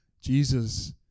Jesus